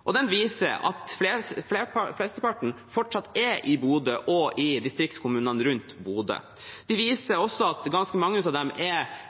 og den viser at flesteparten fortsatt er i Bodø og i distriktskommunene rundt Bodø. Den viser også at ganske mange av dem er